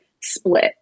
split